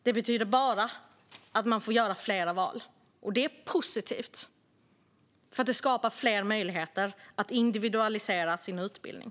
Det betyder bara att man får göra fler val, och det är positivt, för det skapar fler möjligheter att individualisera sin utbildning.